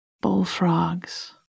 bullfrogs